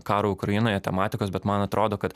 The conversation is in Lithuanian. karo ukrainoje tematikos bet man atrodo kad